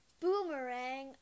Boomerang